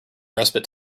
respite